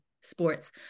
sports